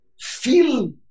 feel